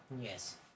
Yes